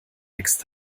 wächst